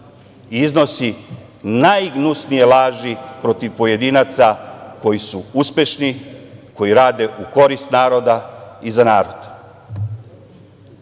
i iznosi najgnusnije laži protiv pojedinaca, koji su uspešni, koji rade u korist naroda i za narod. Time